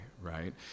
right